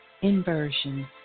inversion